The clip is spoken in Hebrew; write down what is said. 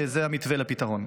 שזה המתווה לפתרון: